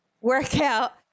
workout